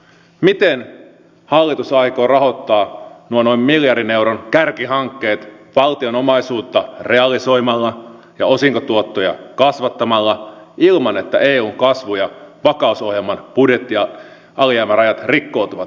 miten hallitus aikoo rahoittaa nuo noin miljardin euron kärkihankkeet valtion omaisuutta realisoimalla ja osinkotuottoja kasvattamalla ilman että eun kasvu ja vakausohjelman budjetti ja alijäämärajat rikkoutuvat